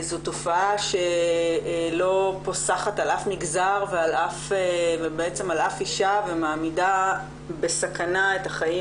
זו תופעה שלא פוסחת על אף מגזר ועל אף אישה ומעמידה בסכנה את החיים